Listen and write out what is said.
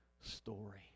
story